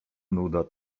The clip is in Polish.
nuda